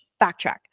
backtrack